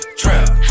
trap